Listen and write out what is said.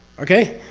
okay?